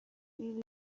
این